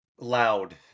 loud